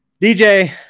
DJ